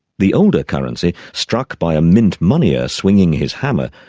the older currency, struck by a mint moneyer swinging his hammer,